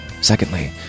secondly